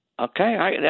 Okay